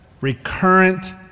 recurrent